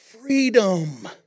Freedom